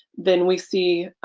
then we see